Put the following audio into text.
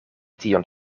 tion